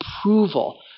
approval